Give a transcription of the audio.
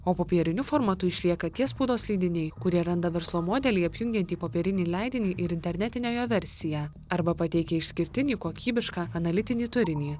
o popieriniu formatu išlieka tie spaudos leidiniai kurie randa verslo modelį apjungiantį popierinį leidinį ir internetinę jo versiją arba pateikia išskirtinį kokybišką analitinį turinį